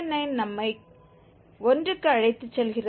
9 நம்மை 1 க்கு அழைத்துச் செல்கிறது